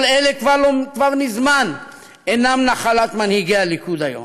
כל אלה כבר מזמן אינם נחלת מנהיגי הליכוד היום.